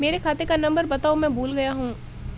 मेरे खाते का नंबर बताओ मैं भूल गया हूं